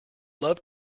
love